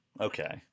okay